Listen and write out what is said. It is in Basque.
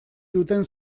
duten